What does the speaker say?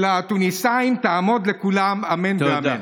של התוניסאים, תעמוד לכולם, אמן ואמן.